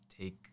take